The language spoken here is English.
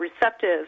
receptive